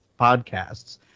podcasts